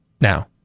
now